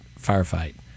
firefight